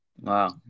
Wow